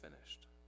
finished